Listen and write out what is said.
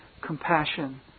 compassion